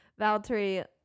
Valtteri